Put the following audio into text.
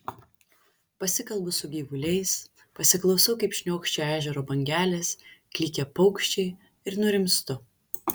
pasikalbu su gyvuliais pasiklausau kaip šniokščia ežero bangelės klykia paukščiai ir nurimstu